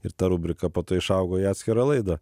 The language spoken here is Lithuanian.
ir ta rubrika po to išaugo į atskirą laidą